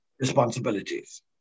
responsibilities